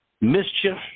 mischief